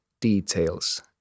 details